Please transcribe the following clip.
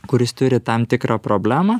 kuris turi tam tikrą problemą